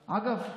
אגב,